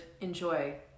enjoy